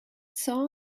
saw